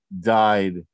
died